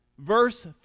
Verse